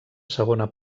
segona